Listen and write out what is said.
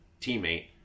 teammate